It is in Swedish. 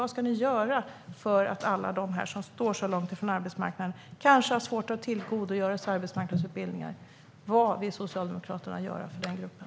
Vad ska ni göra för alla som står långt från arbetsmarknaden och som kanske har svårt att tillgodogöra sig arbetsmarknadsutbildningar? Vad vill Socialdemokraterna göra för den gruppen?